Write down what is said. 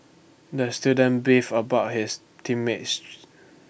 the student beef about his team mate